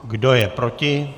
Kdo je proti?